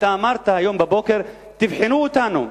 אתה אמרת היום בבוקר: תבחנו אותנו,